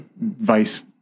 Vice